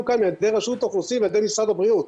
כאן על ידי רשות האוכלוסין ועל ידי משרד הבריאות.